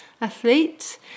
athlete